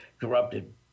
corrupted